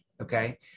Okay